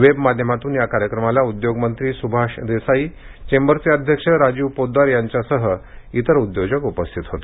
web माध्यमातून या कार्यक्रमाला उद्योगमंत्री सुभाष देसाई चेंबरचे अध्यक्ष राजीव पोद्दार यांच्यासह इतर उद्योजक उपस्थित होते